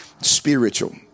spiritual